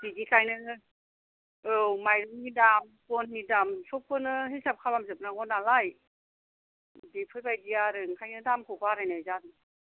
बिदिखायनो औ माइरंनि दाम बननि दाम सबखौनो हिसाब खालामजोबनांगौ नालाय बेफोरबायदि आरो ओंखायनो दामखौ बारायनाय जादों